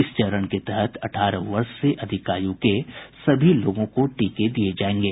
इस चरण के तहत अठारह वर्ष से अधिक आयु के सभी लोगों को टीके दिये जायेंगे